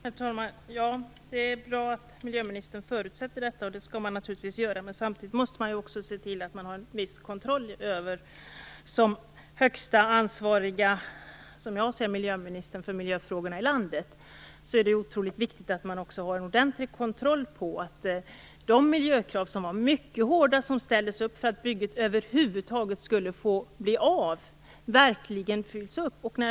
Herr talman! Det är bra att miljöministern förutsätter detta. Det skall man naturligtvis göra, men samtidigt är det oerhört viktigt att miljöministern som den, som jag ser det, högsta ansvariga för miljöfrågorna i landet också har en ordentlig kontroll över att de mycket hårda miljökrav som ställdes upp för att bygget över huvud taget skulle få bli av verkligen uppfylls.